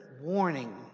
warning